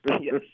Yes